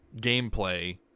gameplay